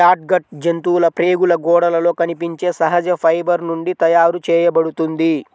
catgut జంతువుల ప్రేగుల గోడలలో కనిపించే సహజ ఫైబర్ నుండి తయారు చేయబడుతుంది